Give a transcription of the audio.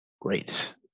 Great